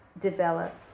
develop